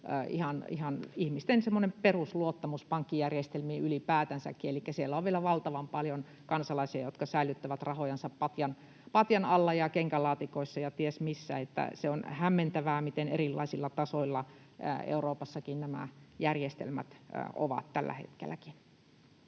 ihmisten perusluottamus pankkijärjestelmiin ylipäätänsäkin — elikkä siellä on vielä valtavan paljon kansalaisia, jotka säilyttävät rahojansa patjan alla ja kenkälaatikoissa ja ties missä. Se on hämmentävää, miten erilaisilla tasoilla Euroopassakin nämä järjestelmät ovat tälläkin hetkellä.